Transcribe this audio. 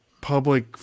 public